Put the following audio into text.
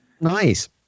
nice